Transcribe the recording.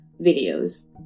videos